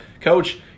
Coach